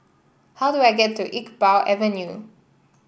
how do I get to Iqbal Avenue